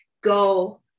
go